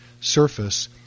surface